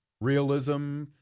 realism